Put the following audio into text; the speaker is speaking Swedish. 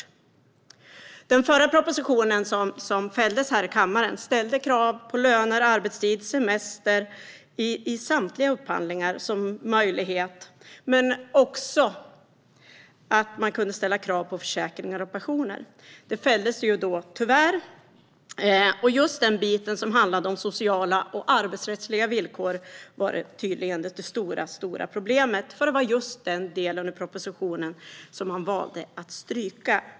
I den förra propositionen, som tyvärr fälldes här i kammaren, ställdes det krav på möjlighet att kräva lön, arbetstid och semester i samtliga upphandlingar. Men det ställdes också krav på möjligheten att ställa krav på försäkringar och pensioner. Det var tydligen just den biten, som handlade om sociala och arbetsrättsliga villkor, som var det stora problemet. Det var nämligen den delen i propositionen som man valde att stryka.